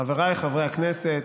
חבריי חברי הכנסת,